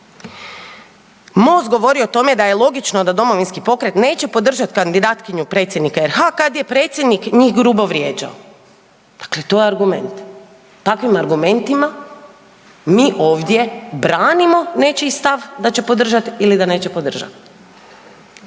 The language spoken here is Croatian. Most govori o tome da je logično da Domovinski pokret neće podržati kandidatkinju predsjednika RH, kad je predsjednik njih grubo izvrijeđao. Dakle, to je argument. Takvim argumentima mi ovdje branimo nečiji stav da će podržati ili da neće podržati.